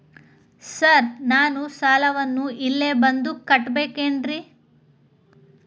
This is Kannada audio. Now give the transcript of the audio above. ಸರ್ ನಾನು ಸಾಲವನ್ನು ಇಲ್ಲೇ ಬಂದು ಕಟ್ಟಬೇಕೇನ್ರಿ?